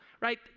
right